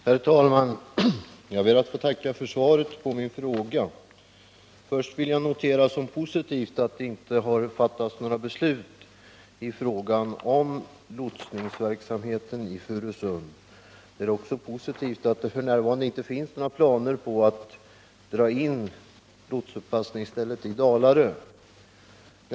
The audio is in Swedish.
Herr talman! Jag ber att få tacka kommunikationsministern för svaret på min fråga. Inledningsvis noterar jag som positivt att det inte har fattats några beslut i fråga om lotsningsverksamheten i Furusund. Det är också positivt att det f. n. inte finns några planer på en indragning av lotsuppassningsstället i Dalarö.